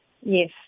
Yes